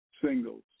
singles